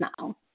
now